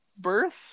birth